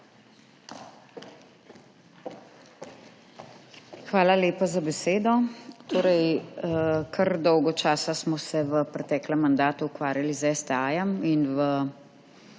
Hvala lepa za besedo. Kar dolgo časa smo se v preteklem mandatu ukvarjali s STA in v